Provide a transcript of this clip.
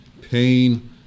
pain